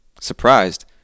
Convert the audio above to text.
Surprised